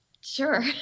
sure